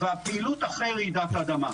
בפעילות אחרי רעידת האדמה.